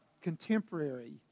contemporary